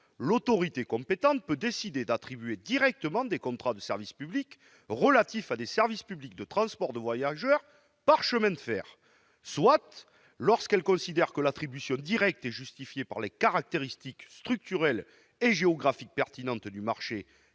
l'autorité compétente peut décider d'attribuer directement des contrats de service public relatifs à des services publics de transport de voyageurs par chemin de fer : soit lorsqu'elle considère que l'attribution directe est justifiée par les caractéristiques structurelles et géographiques pertinentes du marché